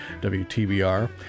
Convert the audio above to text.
WTBR